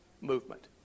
movement